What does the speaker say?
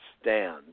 stand